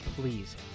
please